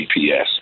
GPS